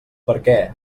perquè